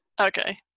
Okay